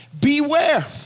beware